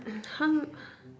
h~